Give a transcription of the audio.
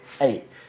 Eight